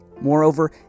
Moreover